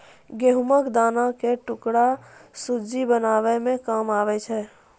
गहुँम दाना के टुकड़ा सुज्जी बनाबै मे काम आबै छै